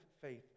faith